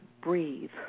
breathe